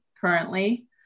currently